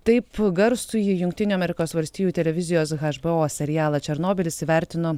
taip garsųjį jungtinių amerikos valstijų televizijos hbo serialą černobylis įvertino